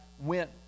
went